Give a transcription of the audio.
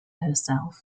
herself